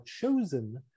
chosen